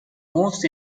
most